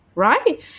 Right